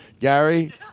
Gary